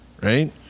right